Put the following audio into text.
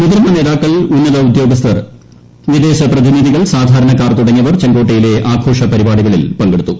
മുതിർന്ന നേതാക്കൾ ഉന്നത ഉദ്യോഗസ്ഥർ വിദേശ പ്രതിനിധികൾ സാധാരണക്കാർ തുടങ്ങിയവർ ചെങ്കോട്ടയിലെ ആഘോഷ പരിപാടികളിൽ പങ്കെടുത്തു